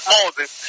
Moses